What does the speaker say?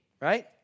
right